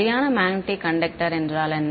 சரியான magnetic conductor என்றால் என்ன